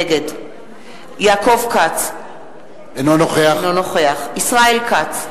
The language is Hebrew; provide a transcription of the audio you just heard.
נגד יעקב כץ, אינו נוכח ישראל כץ,